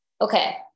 Okay